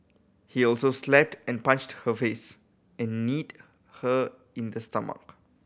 he also slapped and punched her face and kneed her in the stomach